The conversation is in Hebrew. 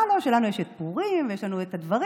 לו שלנו יש את פורים ויש לנו את דברים,